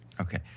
Okay